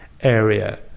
area